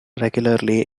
regularly